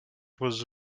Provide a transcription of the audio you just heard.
was